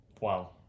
wow